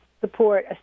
support